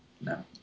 No